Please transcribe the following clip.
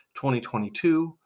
2022